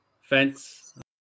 fence